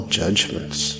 judgments